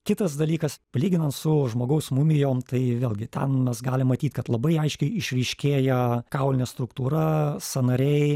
kitas dalykas lyginant su žmogaus mumijom tai vėlgi ten mes galim matyt kad labai aiškiai išryškėja kaulinė struktūra sąnariai